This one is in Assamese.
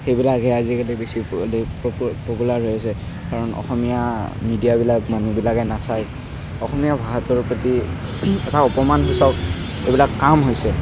সেইবিলাকে আজিকালি বেছি পপু পপুলাৰ হৈ আছে কাৰণ অসমীয়া মিডিয়াবিলাক মানুহবিলাকে নাচায় অসমীয়া ভাষাটোৰ প্ৰতি এটা অপমান চাওক এই বিলাক কাম হৈছে